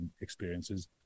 experiences